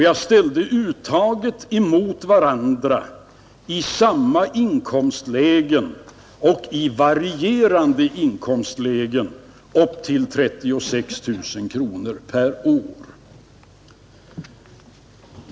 Jag ställde uttagen emot varandra i samma inkomstlägen och i varierande inkomstlägen upp till 36 000 kronor per år.